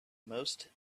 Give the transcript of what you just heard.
most